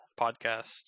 podcast